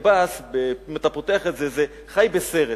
אם אתה פותח את זה, זה חי בסרט,